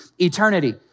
eternity